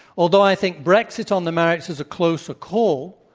although i think brexit on the merits, is a closer call,